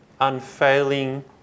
unfailing